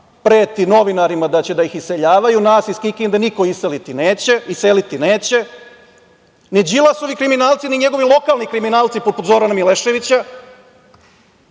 preti novinarima da će da ih iseljavaju. Nas iz Kikinde niko iseliti neće ni Đilasovi kriminalci, ni njegovi lokalne kriminalci poput Zorana Mileševića.